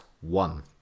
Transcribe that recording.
one